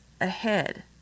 ahead